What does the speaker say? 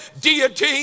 deity